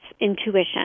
intuition